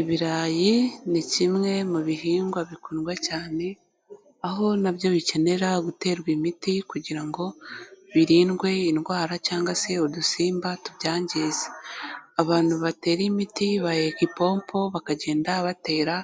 Ibirayi ni kimwe mu bihingwa bikundwa cyane, aho na byo bikenera guterwa imiti kugira ngo birindwe indwara cyangwa se udusimba tubyangiza. Abantu batera imiti, baheka ipompo, bakagenda batera